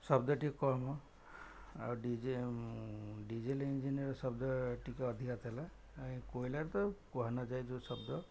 ଶବ୍ଦ ଟିକେ କମ ଆଉ ଡିଜେଲ ଇଞ୍ଜିନିର ଶବ୍ଦ ଟିକେ ଅଧିକା ଥିଲା କୋଇଲାରେ ତ କୁହାନଯାଏ ଯେଉଁ ଶବ୍ଦ